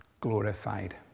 glorified